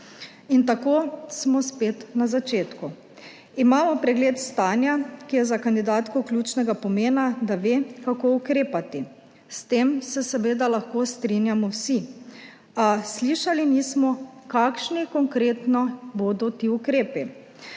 In tako smo spet na začetku. Imamo pregled stanja, ki je za kandidatko ključnega pomena, da ve, kako ukrepati. S tem se seveda lahko strinjamo vsi, a slišali nismo, kakšni konkretno bodo ti ukrepi.